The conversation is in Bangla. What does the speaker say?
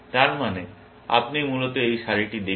তার মানে আপনি মূলত এই সারিটি দেখছেন